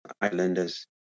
islanders